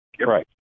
Right